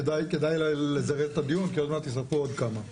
כדאי לזרז את הדיון כי עוד מעט יישרפו עוד כמה.